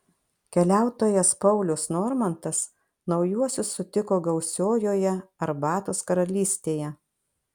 keliautojas paulius normantas naujuosius sutiko gausiojoje arbatos karalystėje